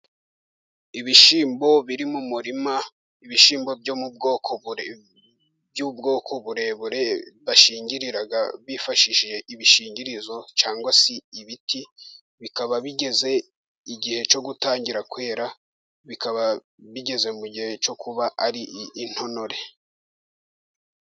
Ibishyimbo biri mu murima, ibishyimbo byo mu bwoko by'ubwoko burebure bashingirira bifashishije ibishingirizo cyangwa se ibiti, bikaba bigeze igihe cyo gutangira kwera bikaba bigeze mu gihe cyo kuba ari intonore.